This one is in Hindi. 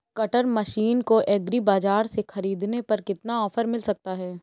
कटर मशीन को एग्री बाजार से ख़रीदने पर कितना ऑफर मिल सकता है?